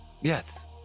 Yes